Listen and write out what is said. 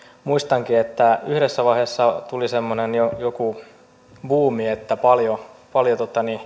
muistankin että yhdessä vaiheessa tuli semmoinen buumi paljon paljon